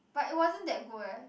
but it wasn't that good eh